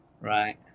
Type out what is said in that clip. Right